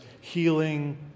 healing